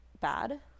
bad